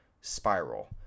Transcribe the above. spiral